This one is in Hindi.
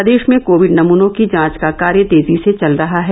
प्रदेश में कोविड नमूनों की जांच का कार्य तेजी से चल रहा है